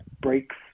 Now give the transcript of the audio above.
breaks